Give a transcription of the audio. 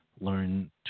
Learn